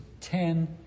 ten